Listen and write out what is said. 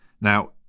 Now